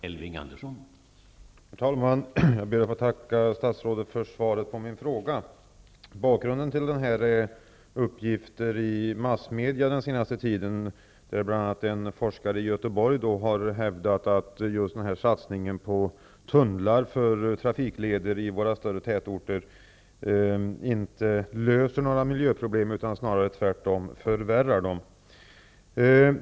Herr talman! Jag ber att få tacka statsrådet för svaret på min fråga. Bakgrunden till frågan är uppgifter i massmedia den senaste tiden där bl.a. en forskare i Göteborg har hävdat att satsningen på tunnlar för trafikleder i våra tätorter inte löser några miljöproblem utan tvärtom snarare förvärrar dem.